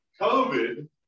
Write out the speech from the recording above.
COVID